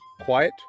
quiet